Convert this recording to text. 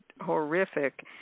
horrific